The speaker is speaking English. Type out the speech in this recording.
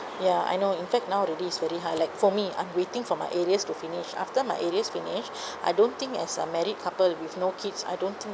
ya I know in fact now already it's very hard like for me I'm waiting for my arrears to finish after my arrears finish I don't think as a married couple with no kids I don't think